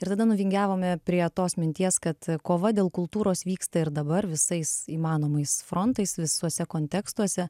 ir tada nuvingiavome prie tos minties kad kova dėl kultūros vyksta ir dabar visais įmanomais frontais visuose kontekstuose